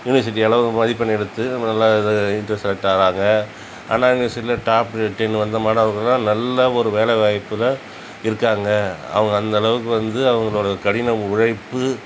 university அளவு மதிப்பெண் எடுத்து நல்லா இது இன்ட்ரு செலக்ட்டாகறாங்க அண்ணா யூனிவர்சிட்டியில் டாப் ரே டென் வந்த மாணவர்கள்லாம் நல்ல ஒரு வேலை வாய்ப்பில் இருக்காங்க அவங்க அந்த அளவுக்கு வந்து அவங்களோட கடின உழைப்பை